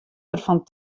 derfan